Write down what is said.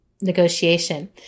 negotiation